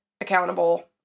accountable